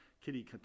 Kitty